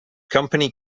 company